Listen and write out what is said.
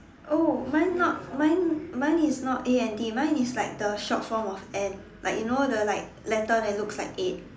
oh mine not mine mine is not A N D mine is like the short form of and like you know the like letter that looks like eight